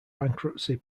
bankruptcy